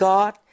God